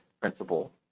principle